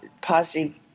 positive